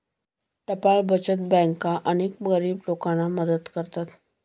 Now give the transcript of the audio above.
टपाल बचत बँका अनेक गरीब लोकांना मदत करतात